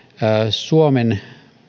suomen